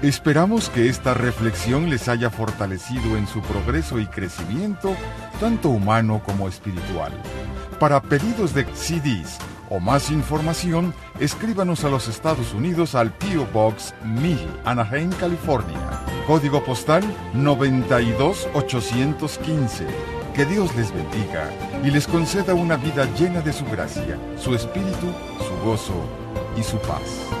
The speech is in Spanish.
Esperamos que esta reflexión les haya fortalecido en su progreso y crecimiento, tanto humano como espiritual. Para pedidos de CDs o más información, escríbanos a los Estados Unidos al P.O. Box 1000 Anaheim, California. Código postal 92 815. Que Dios les bendiga y les conceda una vida llena de su gracia, su espíritu, su gozo y su paz.